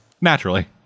Naturally